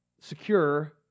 secure